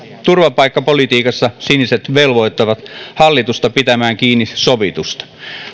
turvapaikkapolitiikassa siniset velvoittavat hallitusta pitämään kiinni sovitusta